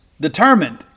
determined